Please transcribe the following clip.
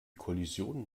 kollision